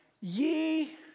ye